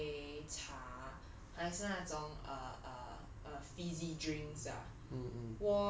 很像咖啡茶还是那种 err err fizzy drinks ah